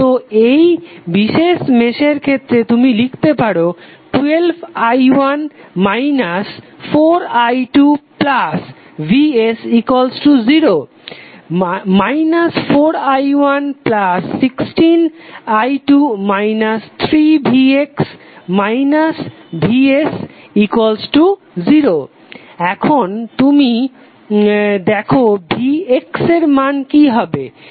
তো এই বিশেষ মেশের ক্ষেত্রে তুমি লিখতে পারো 12i1 4i2vs0 4i116i2 3vx vs0 এখন যদি তুমি দেখো vx এর মান কি হবে